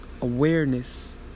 Awareness